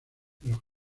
los